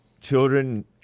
children